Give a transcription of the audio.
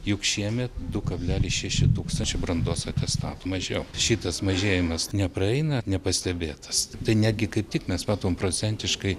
juk šiemet du kablelis šeši tūkstančio brandos atestatų mažiau šitas mažėjimas nepraeina nepastebėtas tai netgi kaip tik mes matom procentiškai